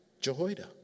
Jehoiada